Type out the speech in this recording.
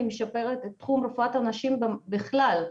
משפרת את תחום רפואת הנשים גם בכלל,